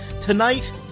Tonight